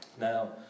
Now